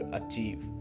achieve